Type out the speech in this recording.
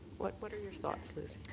what what are your thoughts lucy?